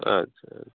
আচ্ছা